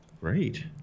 great